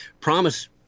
Promise